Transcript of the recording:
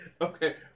okay